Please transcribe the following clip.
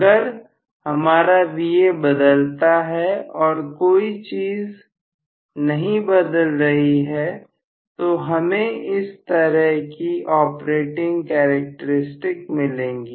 अगर हमारा Va बदलता है और कोई चीज नहीं बदल रही है तो हमें इस तरह की ऑपरेटिंग कैरेक्टरिस्टिक मिलेंगी